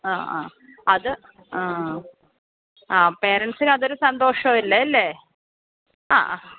ആ ആ അത് ആ ആ പേരൻസിനതൊരു സന്തോഷമല്ലേ അല്ലേ ആ